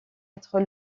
être